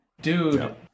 Dude